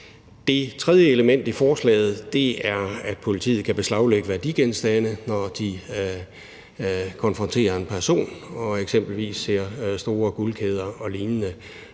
Det tredje element i forslaget er, at politiet kan beslaglægge værdigenstande, når de konfronterer en person og eksempelvis ser, at vedkommende